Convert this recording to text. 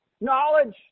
Knowledge